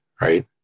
right